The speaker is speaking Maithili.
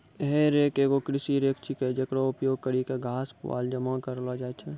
हे रेक एगो कृषि रेक छिकै, जेकरो उपयोग करि क घास, पुआल जमा करलो जाय छै